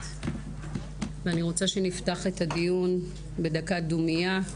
ואני רוצה שנפתח את הדיון בדקת דומיה,